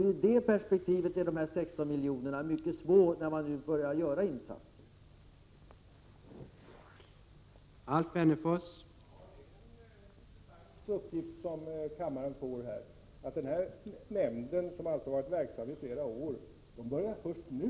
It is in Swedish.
I det perspektivet är t.o.m. 16 miljoner mycket litet, när man nu börjar göra insatser.